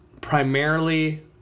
primarily